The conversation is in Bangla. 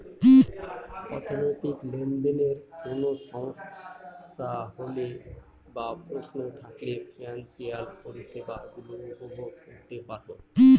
অর্থনৈতিক লেনদেনে কোন সমস্যা হলে বা প্রশ্ন থাকলে ফিনান্সিয়াল পরিষেবা গুলো উপভোগ করতে পারবো